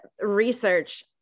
research